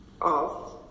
off